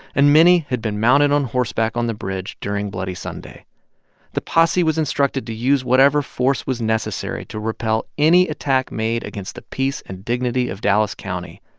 and many had been mounted on horseback on the bridge during bloody sunday the posse was instructed to use whatever force was necessary to repel any attack made against the peace and dignity of dallas county.